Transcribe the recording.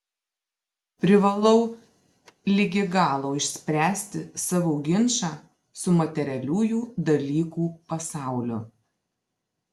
privalau ligi galo išspręsti savo ginčą su materialiųjų dalykų pasauliu